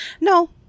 No